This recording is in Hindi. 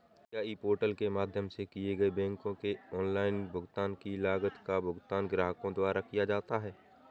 क्या ई पोर्टल के माध्यम से किए गए बैंक के ऑनलाइन भुगतान की लागत का भुगतान ग्राहकों द्वारा किया जाता है?